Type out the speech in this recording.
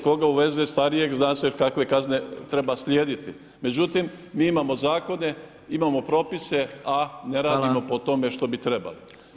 Tko ga uveze starije, zna se kakve kazne treba slijediti, međutim, mi imamo zakone, imamo propise, a ne radimo po tome što bi trebali.